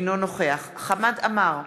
אינו נוכח חמד עמאר,